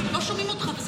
לא שומעים אותך.